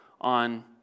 on